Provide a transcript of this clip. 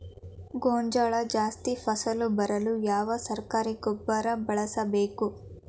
ಗೋಂಜಾಳ ಜಾಸ್ತಿ ಫಸಲು ಬರಲು ಯಾವ ಸರಕಾರಿ ಗೊಬ್ಬರ ಬಳಸಬೇಕು?